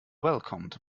welcomed